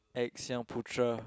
X-Young-Putra